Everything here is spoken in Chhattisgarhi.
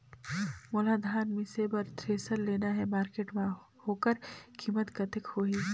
मोला धान मिसे बर थ्रेसर लेना हे मार्केट मां होकर कीमत कतेक होही?